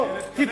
גם